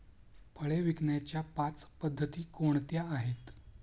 फळे विकण्याच्या पाच पद्धती कोणत्या आहेत?